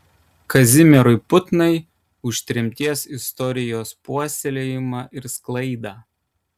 kazimierui putnai už tremties istorijos puoselėjimą ir sklaidą